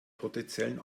potenziellen